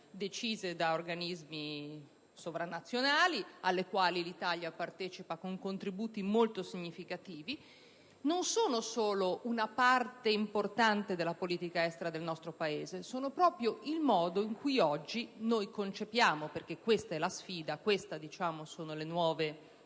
decise da organismi sovranazionali, alle quali l'Italia partecipa con contributi molto significativi. Non sono solo una parte importante della politica estera del nostro Paese, ma proprio la maniera in cui oggi si concepisce - queste sono le nuove sfide